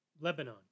Lebanon